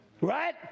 Right